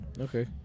Okay